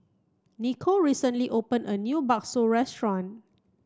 Nicole recently open a new Bakso restaurant